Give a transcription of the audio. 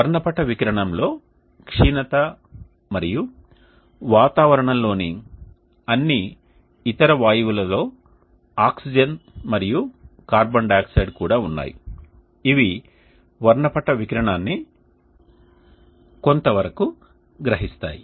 వర్ణపట వికిరణంలో క్షీణత మరియు వాతావరణంలోని అన్ని ఇతర వాయువులలో ఆక్సిజన్ మరియు కార్బన్ డయాక్సైడ్ కూడా ఉన్నాయి ఇవి వర్ణపట వికిరణాన్ని కొంతవరకు గ్రహిస్తాయి